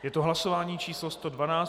Je to hlasování číslo 112.